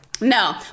No